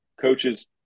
coaches